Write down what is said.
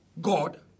God